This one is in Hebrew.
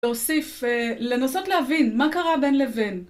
להוסיף לנסות להבין מה קרה בין לבין.